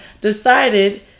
decided